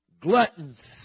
gluttons